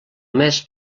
més